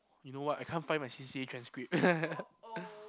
you know what I can't find my C_C_A transcript